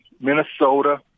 Minnesota